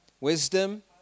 Wisdom